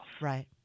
Right